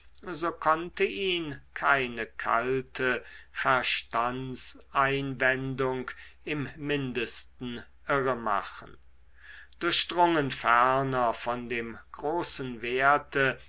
so konnte ihn keine kalte verstandseinwendung im mindesten irre machen durchdrungen ferner von dem großen werte